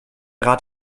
rat